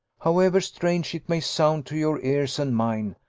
however strange it may sound to your ears and mine,